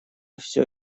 все